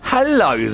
Hello